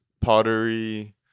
pottery